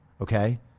okay